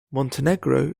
montenegro